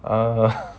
ah